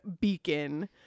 beacon